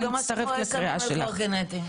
מצטרפת לקריאתך.